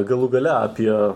galų gale apie